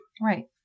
right